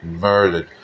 murdered